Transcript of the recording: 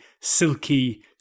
silky